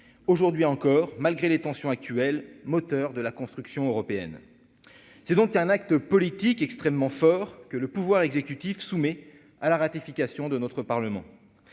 aujourd'hui encore, malgré les tensions actuelles, moteur de la construction européenne, c'est donc un acte politique extrêmement fort que le pouvoir exécutif soumet à la ratification de notre Parlement